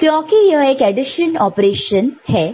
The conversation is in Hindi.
क्योंकि यह एडिशन ऑपरेशन है